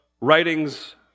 writings